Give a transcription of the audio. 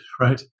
right